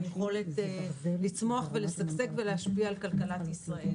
יכולת לצמוח ולשגשג ולהשפיע על כלכלת ישראל,